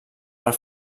per